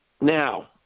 now